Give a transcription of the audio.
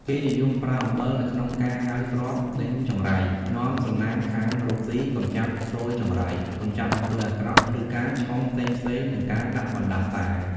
គេនិយមប្រើអំបិលនៅក្នុងការហៅទ្រព្យ ដេញចង្រៃ នាំសំណាងខាងរកស៊ី កម្ចាត់ស៊យចង្រៃ កម្ចាត់អំពើអាក្រក់ ឬការឆុងផ្សេងៗ និងការដាក់បណ្តាសារ។